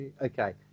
Okay